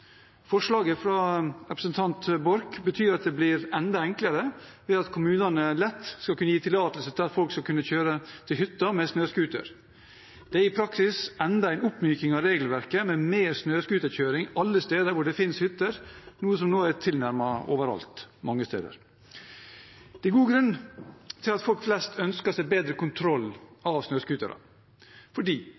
Forslaget fra representanten Borch betyr at det blir enda enklere, ved at kommunene lett skal kunne gi tillatelse til at folk skal kunne kjøre til hytta med snøscooter. Det er i praksis enda en oppmyking av regelverket, med mer snøscooterkjøring alle steder hvor det fins hytter, noe som nå er tilnærmet overalt mange steder. Det er god grunn til at folk flest ønsker seg bedre kontroll med snøscootere, fordi